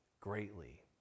greatly